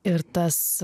ir tas